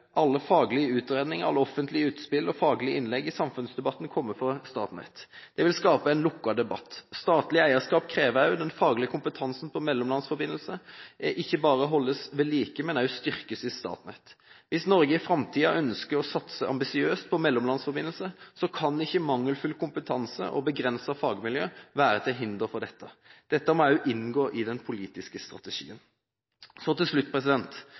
alle faglige utredninger, offentlige utspill og faglige innlegg i samfunnsdebatten komme fra Statnett. Det vil skape en lukket debatt. Statlig eierskap krever også at den faglige kompetansen på mellomlandsforbindelser ikke bare holdes ved like, men også styrkes i Statnett. Hvis Norge i framtiden ønsker å satse ambisiøst på mellomlandsforbindelser, kan ikke mangelfull kompetanse og begrenset fagmiljø være til hinder for det. Dette må også inngå i den politiske strategien. Til slutt: